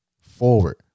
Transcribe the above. forward